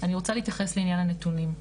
אני רוצה להתייחס לעניין הנתונים.